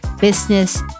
business